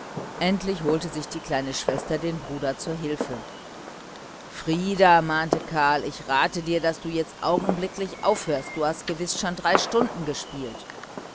da holte sich elschen den bruder karl zur hilfe frieder sagte er ich rate dir daß du jetzt augenblicklich aufhörst du hast gewiß schon drei stunden gespielt